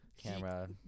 camera